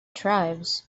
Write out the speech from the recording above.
tribes